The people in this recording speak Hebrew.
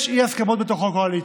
יש אי-הסכמות בתוך הקואליציה.